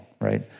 right